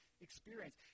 experience